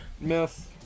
Miss